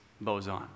boson